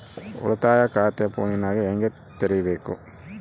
ಉಳಿತಾಯ ಖಾತೆ ಫೋನಿನಾಗ ಹೆಂಗ ತೆರಿಬೇಕು?